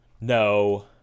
No